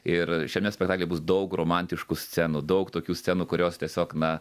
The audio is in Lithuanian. ir šiame spektakly bus daug romantiškų scenų daug tokių scenų kurios tiesiog na